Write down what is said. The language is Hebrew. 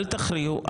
אל תכריעו,